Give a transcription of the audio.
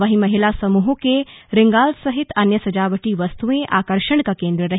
वहीं महिला समूहों के रिंगाल सहित अन्य सजावटी वस्तुएं आकर्षण का केंद्र रहे